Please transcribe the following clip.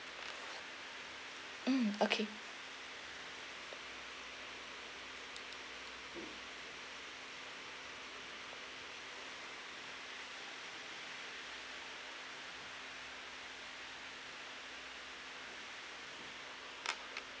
mm okay